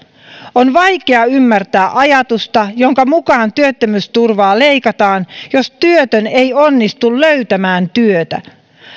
on vaikea ymmärtää ajatusta jonka mukaan työttömyysturvaa leikataan jos työtön ei onnistu löytämään työtä